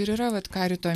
ir yra vat ką rytoj